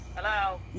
Hello